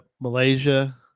Malaysia